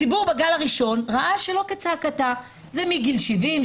הציבור בגל הראשון ראה שלא כצעקתה זה מגיל 70,